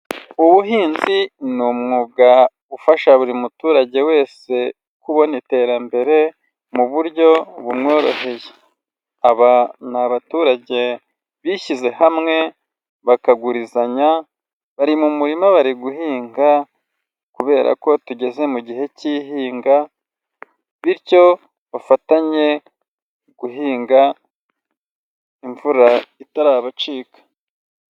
Ubuhinzi ni umwuga ufasha buri muturage wese kubona iterambere mu buryo bumworoheye, aba ni abaturage bishyize hamwe bakagurizanya, bari mu murima bari guhinga kubera ko tugeze mu gihe cy'ihinga, bityo bafatanye guhinga imvura itarabacika.